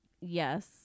Yes